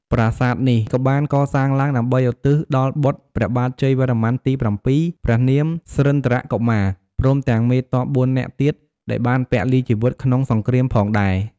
ប្រាសាទនេះក៏បានកសាងឡើងដើម្បីឧទ្ទិសដល់បុត្រព្រះបាទជ័យវរ្ម័នទី៧ ព្រះនាម ស្រិន្ទ្រកុមារ ព្រមទាំងមេទ័ពបួននាក់ទៀតដែលបានពលីជីវិតក្នុងសង្គ្រាមផងដែរ។